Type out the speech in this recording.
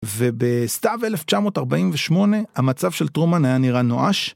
ובסתיו 1948 המצב של טרומן היה נראה נואש.